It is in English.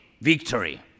victory